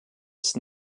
ist